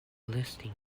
listening